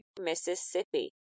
mississippi